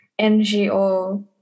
NGO